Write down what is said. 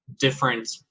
different